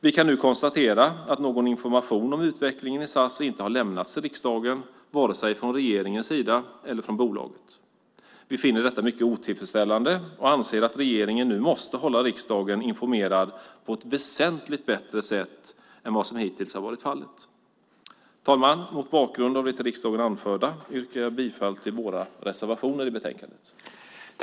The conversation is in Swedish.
Vi kan nu konstatera att någon information om utvecklingen i SAS inte har lämnats till riksdagen vare sig från regeringens eller från bolagets sida. Vi finner detta mycket otillfredsställande, och anser att regeringen nu måste hålla riksdagen informerad på ett väsentligt bättre sätt än vad som hittills har varit fallet. Herr talman! Mot bakgrund av det till riksdagen anförda yrkar jag bifall till våra reservationer i betänkandet.